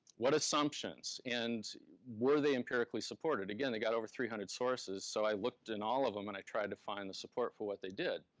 what assumptions, and were they empirically supported? again, they got over three hundred sources, so i looked in all of them and i tried to find the support for what they did.